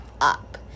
up